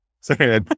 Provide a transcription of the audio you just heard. Sorry